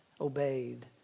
obeyed